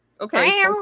Okay